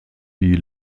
wie